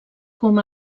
com